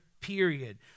period